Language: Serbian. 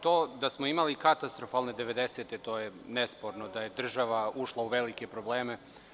To da smo imali katastrofalne 90-te, to je nesporno, da je država ušla u velike probleme.